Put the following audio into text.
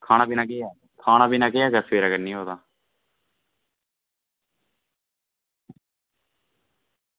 खाना पीना केह् ऐ खाना पीना केह् अगर सवेरै करनी होऐ तां